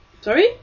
Sorry